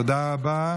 תודה רבה.